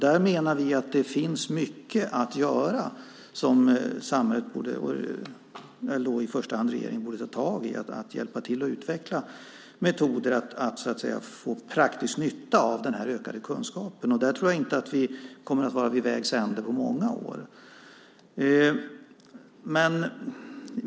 Där menar vi att det finns mycket att göra som samhället och i första hand regeringen borde ta tag i när det gäller att hjälpa till att utveckla metoder för att få praktisk nytta av den här ökade kunskapen. Där tror jag inte att vi kommer att vara vid vägs ände på många år.